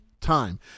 time